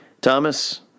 Thomas